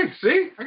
see